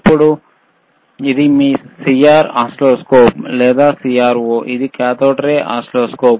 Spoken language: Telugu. ఇప్పుడు ఇది మీ CR ఓసిల్లోస్కోప్ లేదా CRO ఇది కాథోడ్ రే ఓసిల్లోస్కోప్